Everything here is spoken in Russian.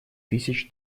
тысяч